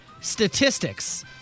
Statistics